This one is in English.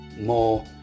more